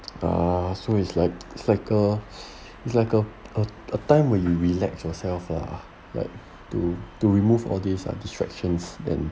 ah so it's like it's like a it's like a a a time when you relax yourself ah right to to remove all these distractions and